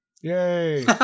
Yay